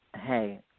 hey